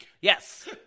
Yes